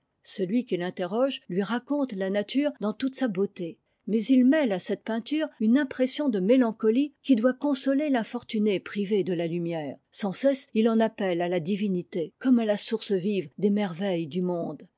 celui qu'il interroge lui raconte la nature dans toute sa beauté mais il mêle à cette peinture une impression de mélancolie qui doit consoler l'infortuné privé de la lumière sans cesse il en appelle à la divinité comme à la source vive des merveilles du monde